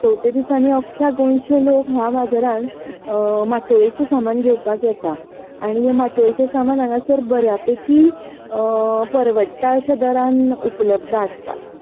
चवथे दिसांनी अख्ख्या गोंयचे लोक ह्या बाजारांत माठोळेचें सामान घेवपाक येता आनी हें माठोळेचें सामान हांगासर बऱ्या पैकी परवडटा अशे दरान उपल्बद आसता